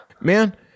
Man